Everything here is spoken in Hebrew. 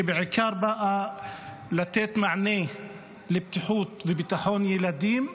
שבאה בעיקר לתת מענה לבטיחות ולביטחון הילדים,